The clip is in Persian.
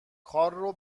کارو